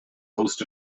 host